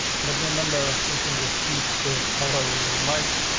but remember, we can just keep this. however we would like,